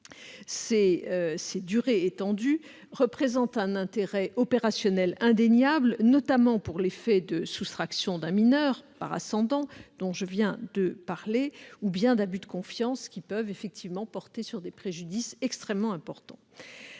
ces durées représente un intérêt opérationnel indéniable, notamment pour les faits de soustraction d'un mineur par ascendant, dont je viens de parler, ou bien d'abus de confiance, qui peuvent porter sur des préjudices extrêmement importants.